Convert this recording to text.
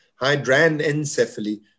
Hydranencephaly